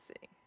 see